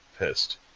pissed